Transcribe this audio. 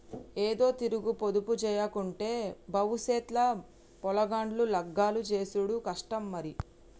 ఏదోతీరుగ పొదుపుజేయకుంటే బవుసెత్ ల పొలగాండ్ల లగ్గాలు జేసుడు కష్టం మరి